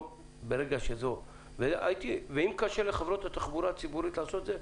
אם קשה לחברות התחבורה הציבורית לעשות את זה,